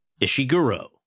Ishiguro